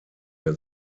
der